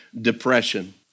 depression